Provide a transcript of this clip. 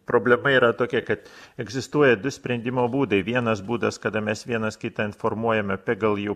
problema yra tokia kad egzistuoja du sprendimo būdai vienas būdas kada mes vienas kitą informuojame apie gal jau